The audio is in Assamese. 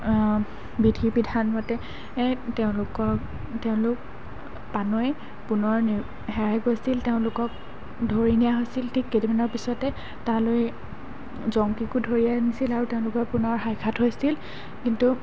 বিধি বিধানমতে তেওঁলোকক তেওঁলোক পানৈ পুনৰ নি হেৰাই গৈছিল তেওঁলোকক ধৰি নিয়া হৈছিল ঠিক কেইদিনমানৰ পিছতে তালৈ জংকীকো ধৰি আনিছিল আৰু তেওঁলোকৰ পুনৰ সাক্ষাৎ হৈছিল কিন্তু